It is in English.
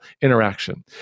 interaction